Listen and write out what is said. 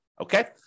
okay